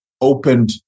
opened